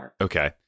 Okay